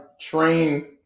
train